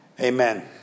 Amen